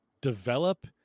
develop